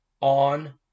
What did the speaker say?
on